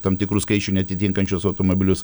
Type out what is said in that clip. tam tikrų skaičių neatitinkančius automobilius